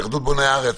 התאחדות בוני הארץ,